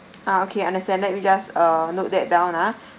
okay understand let me just uh note that down ah